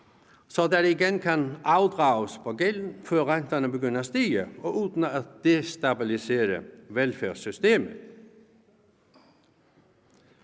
så der igen kan afdrages på gælden, før renterne begynder at stige og uden at destabilisere velfærdssystemet.